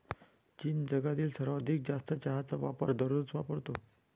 चीन जगातील सर्वाधिक जास्त चहाचा वापर दररोज वापरतो